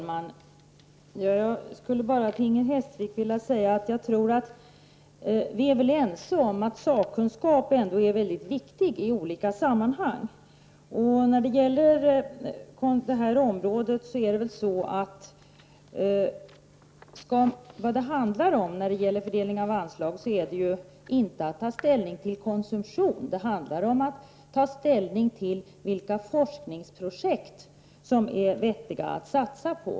Fru talman! Vi är väl, Inger Hestvik, ense om att sakkunskaperna ändå är väldigt viktiga i olika sammanhang. När det gäller fördelning av anslagen handlar det inte om att ta ställning till konsumtion, det handlar om att ta ställning till vilka forskningsprojekt som är vettiga att satsa på.